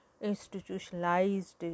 Institutionalized